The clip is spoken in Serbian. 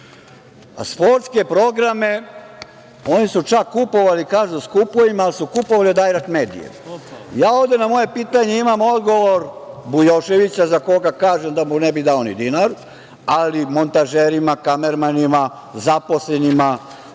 Sportske programe, oni su čak kupovali i kažu skupo im je, ali su kupovali od „Dajrekt medije“.Ja ovde na moje pitanje imam odgovor Bujoševića, za koga kažem da mu ne bih dao ni dinar, ali montažerima, kamermanima, zaposlenima